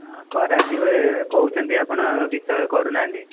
ହଁ କରାଯିବ ଯେ କହୁଛନ୍ତି ଆପଣ କିଛି ତ କରୁନାହାନ୍ତି